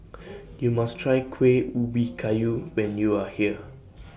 YOU must Try Kueh Ubi Kayu when YOU Are here